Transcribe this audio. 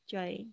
Joy